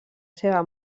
seva